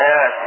Yes